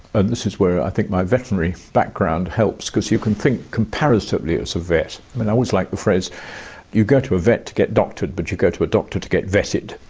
and this is where i think my veterinary background helps because you can think comparatively as a vet. and i always like the phrase you go to a vet to get doctored, but you go to a doctor to get vetted.